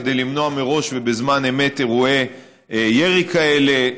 כדי למנוע מראש ובזמן אמת אירועי ירי כאלה.